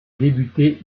débuté